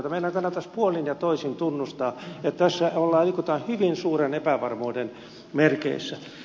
meidän kannattaisi puolin ja toisin tunnustaa että tässä liikutaan hyvin suuren epävarmuuden merkeissä